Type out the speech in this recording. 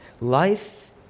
Life